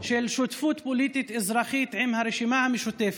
של שותפות פוליטית-אזרחית עם הרשימה המשותפת,